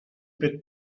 bit